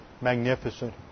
magnificent